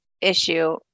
issue